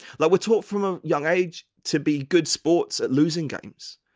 like we're taught from a young age to be good sports at losing games.